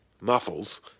Muffles